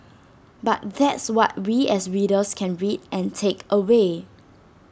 but that's what we as readers can read and take away